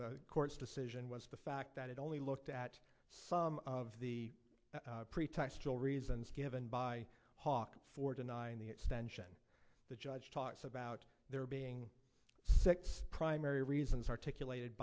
the court's decision was the fact that it only looked at some of the pretextual reasons given by hawke for denying the extension the judge talks about there being six primary reasons articulated